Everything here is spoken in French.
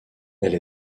elle